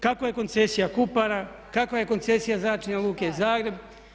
Kako je koncesija Kupara, kakva je koncesija Zračne luke Zagreb?